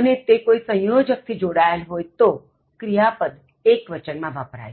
અને તે કોઇ સંયોજક થી જોડાયેલ હોય તો ક્રિયાપદ એક્વચન માં વપરાય છે